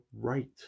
right